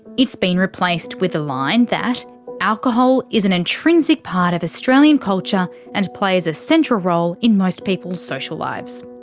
it's been replaced with the line that alcohol is an intrinsic part of australian culture and plays a central role in most people's social lives.